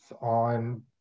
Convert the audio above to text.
on